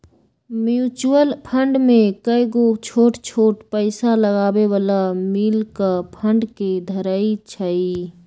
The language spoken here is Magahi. म्यूचुअल फंड में कयगो छोट छोट पइसा लगाबे बला मिल कऽ फंड के धरइ छइ